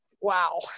wow